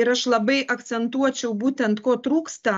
ir aš labai akcentuočiau būtent ko trūksta